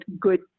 good